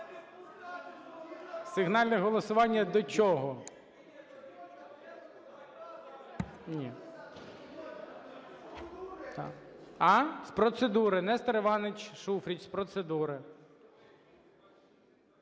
Сигнальне голосування до чого? З процедури. Нестор Іванович Шуфрич з процедури.